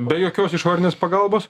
be jokios išorinės pagalbos